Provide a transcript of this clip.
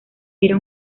era